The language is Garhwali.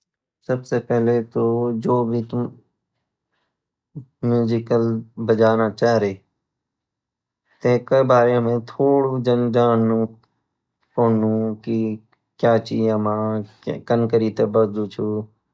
सब साई पहेले तो जोभी तुम म्यूजिकल बजाना चेहरे टेका बारे मई थोडू जान जानना पड़लू की क्या ची येमा काम कृ ते बज्नु छू